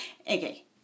okay